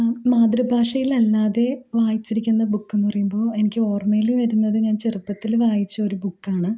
മാതൃഭാഷയിൽ അല്ലാതെ വായിച്ചിരിക്കുന്ന ബുക്ക് എന്ന് പറയുമ്പോൾ എനിക്ക് ഓർമ്മയിൽ വരുന്നത് ഞാൻ ചെറുപ്പത്തിൽ വായിച്ച ഒരു ബുക്ക് ആണ്